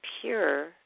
pure